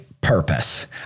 purpose